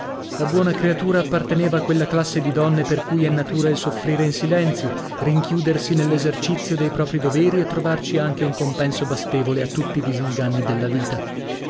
la buona creatura apparteneva a quella classe di donne per cui è natura il soffrire in silenzio rinchiudersi nell'esercizio dei proprii doveri e trovarci anche un compenso bastevole a tutti i disinganni della vita